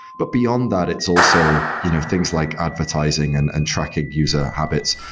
but beyond that, it's also you know things like advertising and and tracking user habits,